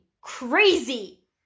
crazy